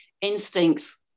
instincts